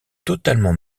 totalement